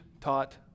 taught